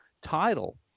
title